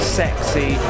sexy